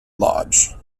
lodge